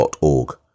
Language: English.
org